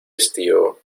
estío